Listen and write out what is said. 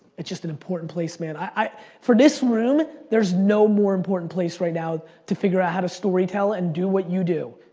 it's just an important place man. i, for this room, there's no more important place right now to figure out how to story tell and do what you do.